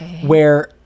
where-